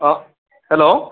অঁ হেল্ল'